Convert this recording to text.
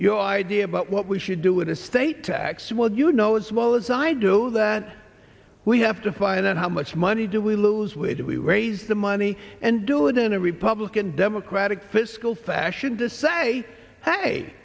your idea about what we should do in a state tax well you know as well as i do that we have to find out how much money do we lose weight if we raise the money and do it in a republican democratic fiscal fashion to say hey